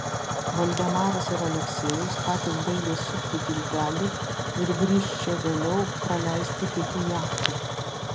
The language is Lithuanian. valdemaras ir aleksejus ką tik baigė sukti tiltelį ir grįš čia vėliau praleisti kitų jachtų